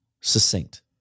succinct